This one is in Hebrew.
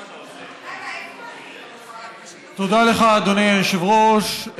תודה לך, אדוני היושב-ראש.